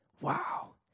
Wow